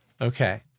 Okay